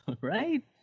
Right